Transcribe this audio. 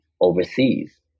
overseas